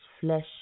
flesh